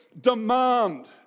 demand